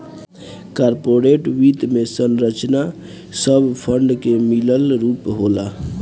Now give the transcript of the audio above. corporate वित्त में पूंजी संरचना सब फंड के मिलल रूप होला